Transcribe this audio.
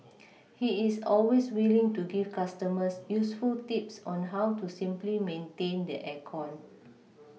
he is always willing to give customers useful tips on how to simply maintain the air con